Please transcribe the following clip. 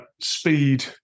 speed